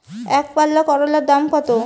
একপাল্লা করলার দাম কত?